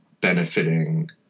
benefiting